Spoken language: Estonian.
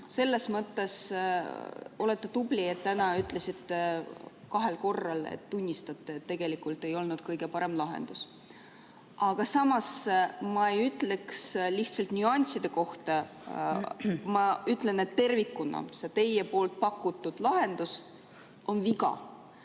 Selles mõttes olete tubli, et täna ütlesite kahel korral, et tunnistate, et tegelikult see ei olnud kõige parem lahendus. Aga samas ma ei ütleks seda lihtsalt nüansside kohta, ma ütlen, et tervikuna on see teie lahendus viga.